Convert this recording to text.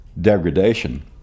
degradation